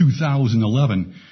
2011